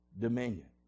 Dominion